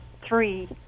three